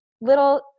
little